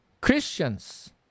Christians